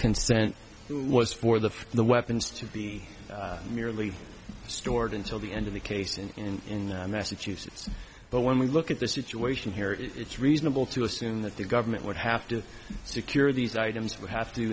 consent was for the for the weapons to be merely stored until the end of the case in massachusetts but when we look at the situation here it's reasonable to assume that the government would have to secure these items would have to